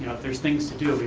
if there's things to do,